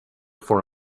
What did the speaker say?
for